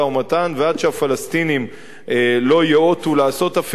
ועד שהפלסטינים לא ייאותו לעשות אפילו את זה,